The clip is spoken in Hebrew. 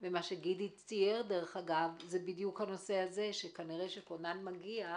ומה שגידי צייר זה הנושא הזה - שכנראה כשכונן מגיע,